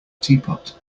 teapot